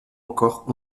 encore